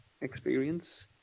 experience